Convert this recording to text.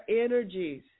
energies